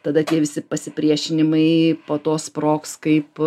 tada tie visi pasipriešinimai po to sprogs kaip